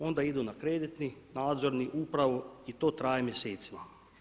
Onda idu na kreditni, nadzorni, upravu i to traje mjesecima.